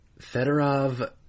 Fedorov